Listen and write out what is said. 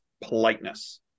politeness